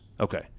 Okay